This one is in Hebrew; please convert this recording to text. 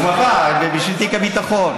הוא מחה, בשביל תיק הביטחון.